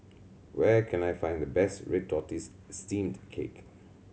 where can I find the best red tortoise steamed cake